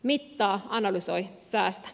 mittaa analysoi säästä